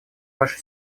ваше